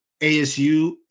ASU